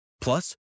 Plus